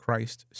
Christ